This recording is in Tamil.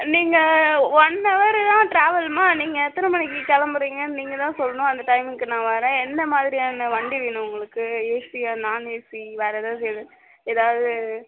நீங்கள் ஒன் ஹவரு தான் ட்ராவல்ம்மா நீங்கள் எத்தனை மணிக்கு கிளம்புறீங்கன்னு நீங்கள் தான் சொல்லணும் அந்த டைமுக்கு நான் வரேன் எந்தமாதிரியான வண்டி வேணும் உங்களுக்கு ஏசியா நான்ஏசி வேறு ஏதாவது எது எதாவது